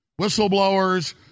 whistleblowers